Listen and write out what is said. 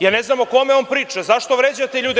Ja ne znam o kome on priča, zašto vređate ljude?